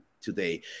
today